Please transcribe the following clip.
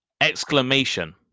Exclamation